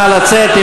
נא לצאת.